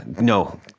No